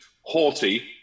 haughty